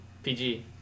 PG